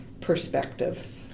perspective